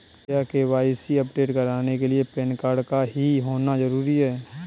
क्या KYC update कराने के लिए पैन कार्ड का ही होना जरूरी है?